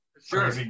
sure